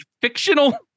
fictional